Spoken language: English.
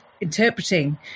interpreting